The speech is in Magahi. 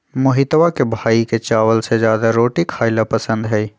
मोहितवा के भाई के चावल से ज्यादा रोटी खाई ला पसंद हई